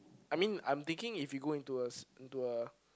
I mean I'm thinking if he go into us into a